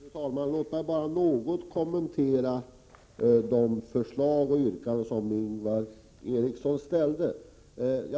Fru talman! Låt mig bara något kommentera de förslag och yrkanden som Ingvar Eriksson ställde.